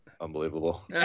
Unbelievable